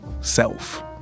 self